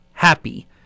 Happy